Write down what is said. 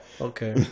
okay